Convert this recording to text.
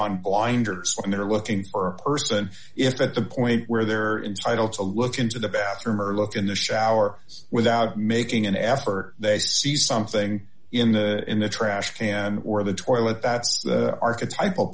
on blinders and they're looking for a person if that the point where they're entitle to look into the bathroom or look in the shower without making an effort they see something in the in the trash and or the toilet that archetype